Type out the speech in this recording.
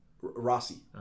Rossi